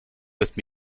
with